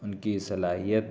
ان کی صلاحیت